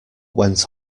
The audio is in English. went